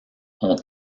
ont